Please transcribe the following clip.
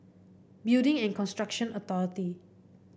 Building and Construction Authority